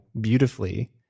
beautifully